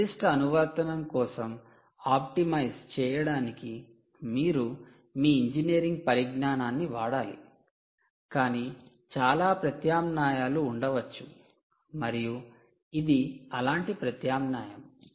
నిర్దిష్ట అనువర్తనం కోసం ఆప్టిమైజ్ చేయడానికి మీరు మీ ఇంజనీరింగ్ పరిజ్ఞానాన్ని వాడాలి కానీ చాలా ప్రత్యామ్నాయాలు ఉండవచ్చు మరియు ఇది అలాంటి ప్రత్యామ్నాయం